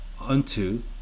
unto